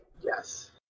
Yes